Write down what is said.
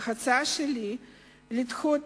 ההצעה שלי היא לדחות